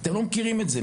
אתם לא מכירים את זה,